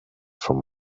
from